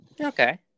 Okay